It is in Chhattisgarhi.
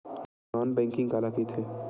नॉन बैंकिंग काला कइथे?